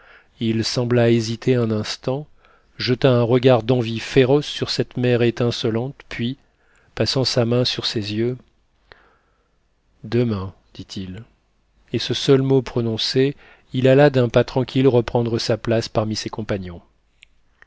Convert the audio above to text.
il sembla hésiter un instant jeta un regard d'envie féroce sur cette mer étincelante puis passant sa main sur ses yeux demain dit-il et ce seul mot prononcé il alla d'un pas tranquille reprendre sa place parmi ses compagnons